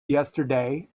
yesterday